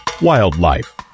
Wildlife